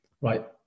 right